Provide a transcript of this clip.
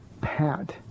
Pat